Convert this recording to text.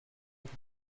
with